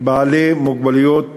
כבעלי מוגבלויות